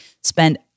spend